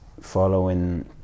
following